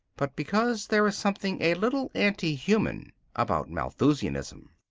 but because there is something a little anti-human about malthusianism.